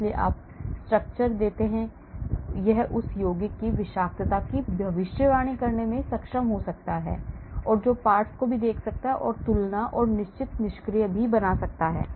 इसलिए आप structure देते हैं यह उस यौगिक की विषाक्तता की भविष्यवाणी करने में सक्षम हो सकता है और टुकड़ों को भी देख सकता है और तुलना और निश्चित निष्कर्ष भी बना सकता है